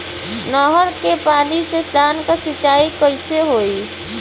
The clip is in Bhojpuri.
नहर क पानी से धान क सिंचाई कईसे होई?